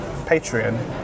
patreon